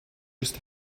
just